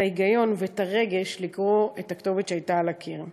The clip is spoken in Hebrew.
ההיגיון והרגש לקרוא את הכתובת שהייתה על הקיר.